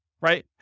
right